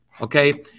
okay